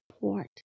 port